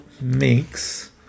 Mix